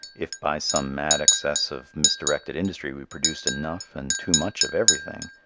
if by some mad access of misdirected industry we produced enough and too much of everything,